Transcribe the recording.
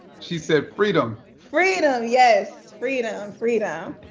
she said, freedom. freedom, yes, freedom, freedom.